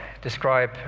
describe